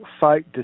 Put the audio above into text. fight